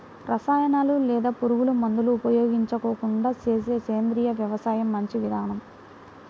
రసాయనాలు లేదా పురుగుమందులు ఉపయోగించకుండా చేసే సేంద్రియ వ్యవసాయం మంచి విధానం